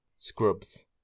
Scrubs